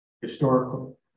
Historical